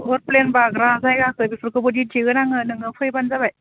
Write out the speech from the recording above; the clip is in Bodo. अ प्लेन बाग्रा जायगाखौ बेफोरखौबो दिन्थिगोन आङो नोङो फैबानो जाबाय